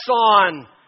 on